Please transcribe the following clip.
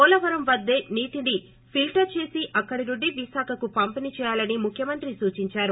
పోలవరం వద్దే నీటిని పిల్లర్ చేసి అక్కడి నుంచి విశాఖకు పంపిణీ చేయాలని ముఖ్యమంత్రి సూచించారు